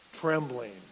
trembling